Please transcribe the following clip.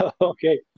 Okay